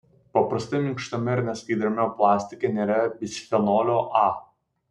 paprastai minkštame ir neskaidriame plastike nėra bisfenolio a